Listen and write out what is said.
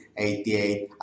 88